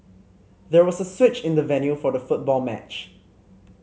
there was a switch in the venue for the football match